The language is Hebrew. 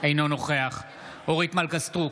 אינו נוכח אורית מלכה סטרוק,